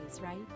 right